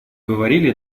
говорили